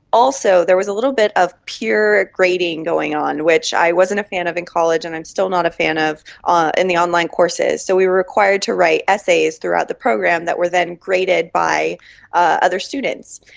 also there was a little bit of peer grading going on, which i wasn't a fan of in college and i'm still not a fan of ah in the online courses. so we were required to write essays throughout the program that were then graded by other students.